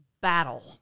battle